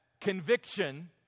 conviction